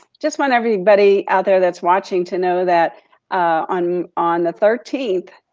just want everybody out there that's watching to know that on on the thirteenth,